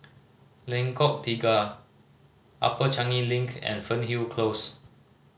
Lengkok Tiga Upper Changi Link and Fernhill Close